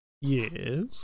Yes